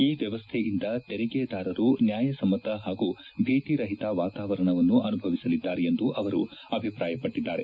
ಈ ವ್ಯವಸ್ಥೆಯಿಂದ ತೆರಿಗೆದಾರರು ನ್ನಾಯಸಮ್ತ ಪಾಗೂ ಭೀತಿರಹಿತ ವಾತಾವರಣವನ್ನು ಅನುಭವಿಸಲಿದ್ದಾರೆ ಎಂದು ಅವರು ಅಭಿಪ್ರಾಯಪಟ್ಟದ್ದಾರೆ